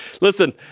Listen